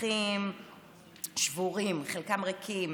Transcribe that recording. ומסריחים שבורים, חלקם ריקים.